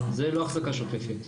זה לא אחזקה שוטפת.